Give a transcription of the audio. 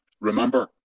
remember